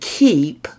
keep